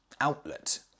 outlet